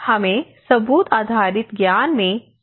हमें सबूत आधारित ज्ञान में सुधार लाना होगा